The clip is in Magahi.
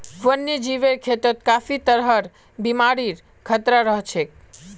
वन्यजीवेर खेतत काफी तरहर बीमारिर खतरा रह छेक